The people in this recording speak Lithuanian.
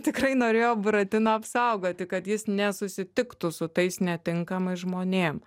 tikrai norėjo buratiną apsaugoti kad jis nesusitiktų su tais netinkamais žmonėm